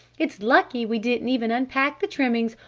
it's lucky we didn't even unpack the trimmings!